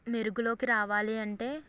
మెరుగులోకి రావాలి అంటే